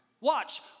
Watch